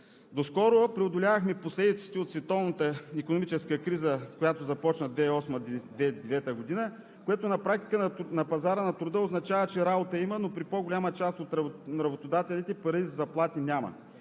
Доскоро преодолявахме последиците от световната икономическа криза, която започна 2008 – 2009 г., което на практика на пазара на труда означава, че работа има, но при по-голяма част от работодателите пари за заплати няма,